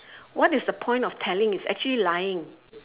what is the point of telling it's actually lying